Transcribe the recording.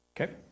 Okay